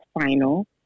final